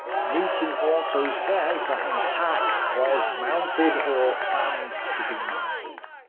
newton also says that an attack was mounted or planned to be mounted.